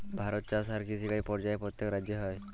ভারতে চাষ আর কিষিকাজ পর্যায়ে প্যত্তেক রাজ্যে হ্যয়